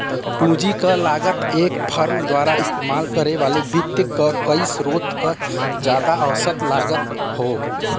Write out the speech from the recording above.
पूंजी क लागत एक फर्म द्वारा इस्तेमाल करे वाले वित्त क कई स्रोत क जादा औसत लागत हौ